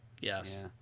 yes